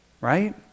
right